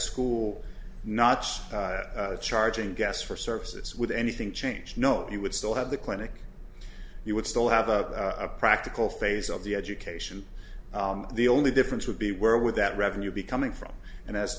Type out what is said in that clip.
school not charging gas for services with anything change no you would still have the clinic you would still have a practical phase of the education the only difference would be where would that revenue be coming from and as